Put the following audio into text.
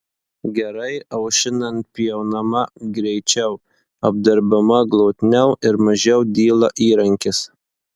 gerai aušinant pjaunama greičiau apdirbama glotniau ir mažiau dyla įrankis